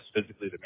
physically